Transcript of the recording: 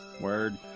word